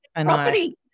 property